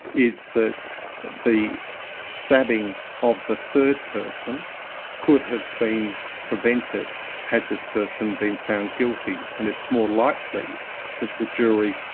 is that the stabbing of the third person could have been prevented had this person been found guilty, and it's more likely that the jury,